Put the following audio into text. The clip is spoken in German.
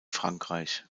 frankreich